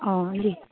অঁ লিখ